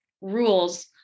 rules